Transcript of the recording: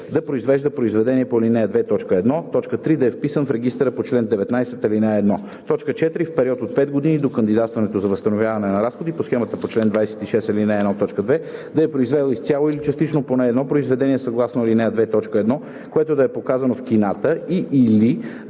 да произвежда произведение по ал. 2, т. 1; 3. да е вписан в регистъра по чл. 19, ал. 1; 4. в период от 5 години до кандидатстването за възстановяване на разходи по схемата по чл. 26, ал. 1, т. 2 да е произвел изцяло или частично поне едно произведение съгласно ал. 2, т. 1, което да е показано в кината и/или